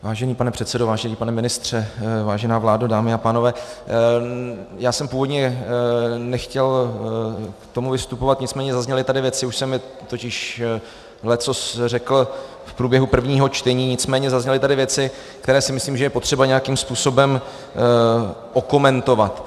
Vážený pane předsedo, vážený pane ministře, vážená vládo, dámy a pánové, původně jsem nechtěl k tomu vystupovat, nicméně zazněly tady věci už jsem i totiž leccos řekl v průběhu prvního čtení nicméně zazněly tady věci, které si myslím, že je potřeba nějakým způsobem okomentovat.